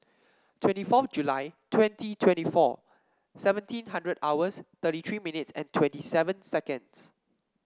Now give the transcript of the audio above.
twenty fourth July twenty twenty four seventeen hundred hours thirty three minutes and twenty seven seconds